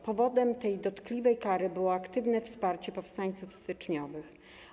Powodem tej dotkliwej kary było aktywne wsparcie powstańców styczniowych.